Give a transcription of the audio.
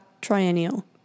Triennial